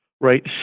right